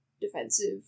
defensive